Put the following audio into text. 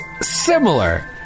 similar